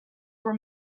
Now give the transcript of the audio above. were